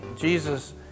Jesus